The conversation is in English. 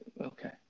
Okay